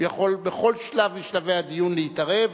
הוא יכול בכל שלב משלבי הדיון להתערב,